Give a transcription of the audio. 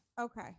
Okay